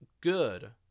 good